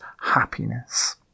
happiness